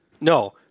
No